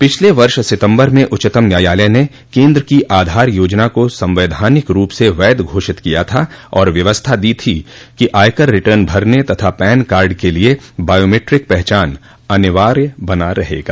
पिछले वर्ष सितंबर में उच्चतम न्यायालय ने केन्द्र की आधार योजना को संवैधानिक रूप से वैध घोषित किया था और व्यवस्था दी थी कि आयकर रिटर्न भरने तथा पैन कार्ड के लिए बायोमेट्रिक पहचान अनिवार्य बना रहेगा